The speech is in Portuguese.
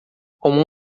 como